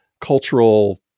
cultural